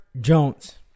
Jones